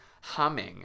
humming